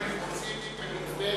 אל תגיד מפציצים, לאט לאט.